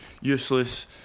useless